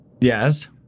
yes